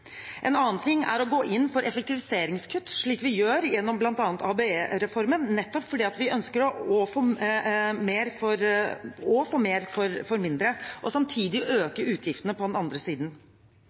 En annen ting er å gå inn for effektiviseringskutt, slik vi gjør gjennom bl.a. ABE-reformen, nettopp fordi vi ønsker å få mer for mindre, og samtidig øke utgiftene på den andre siden.